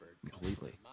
completely